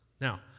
Now